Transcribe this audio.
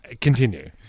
Continue